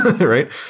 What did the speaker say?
right